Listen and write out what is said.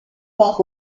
part